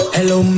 Hello